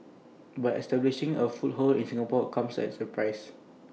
but establishing A foothold in Singapore comes at A price